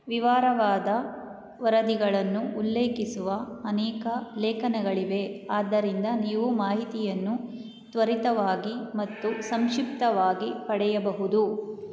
ವಿವರವಾದ ವರದಿಗಳನ್ನು ಉಲ್ಲೇಖಿಸುವ ಅನೇಕ ಲೇಖನಗಳಿವೆ ಆದ್ದರಿಂದ ನೀವು ಮಾಹಿತಿಯನ್ನು ತ್ವರಿತವಾಗಿ ಮತ್ತು ಸಂಕ್ಷಿಪ್ತವಾಗಿ ಪಡೆಯಬಹುದು